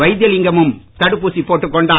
வைத்திலிங்கமும் தடுப்பூசி போட்டுக் கொண்டார்